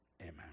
Amen